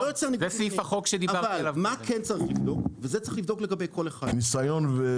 אבל מה כן צריך לבדוק וזה צריך לבדוק לגבי כל אחד --- ניסיון וזה?